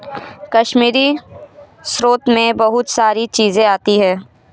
कश्मीरी स्रोत मैं बहुत सारी चीजें आती है